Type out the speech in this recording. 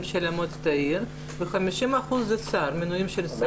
של מועצת העיר ו-50% זה מינויים של שר.